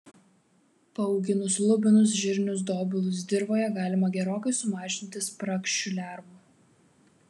paauginus lubinus žirnius dobilus dirvoje galima gerokai sumažinti spragšių lervų